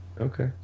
Okay